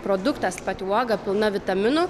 produktas pati uoga pilna vitaminų